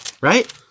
right